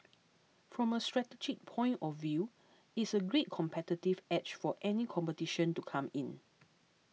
from a strategic point of view it's a great competitive edge for any competition to come in